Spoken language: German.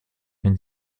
wenn